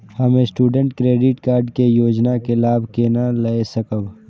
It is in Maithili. हम स्टूडेंट क्रेडिट कार्ड के योजना के लाभ केना लय सकब?